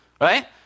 right